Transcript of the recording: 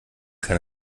kann